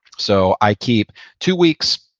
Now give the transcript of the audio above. so i keep two weeks',